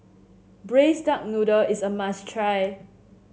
Braised Duck Noodle is a must try